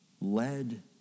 led